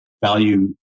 value